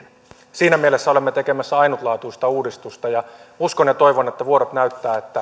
siinä mielessä olemme tekemässä ainutlaatuista uudistusta ja uskon ja toivon että vuodet näyttävät että